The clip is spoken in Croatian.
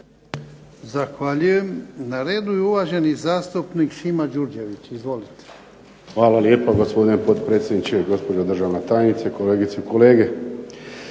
vam lijepa gospodine potpredsjedniče, gospođo državna tajnice, kolegice i kolege.